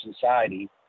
society